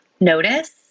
notice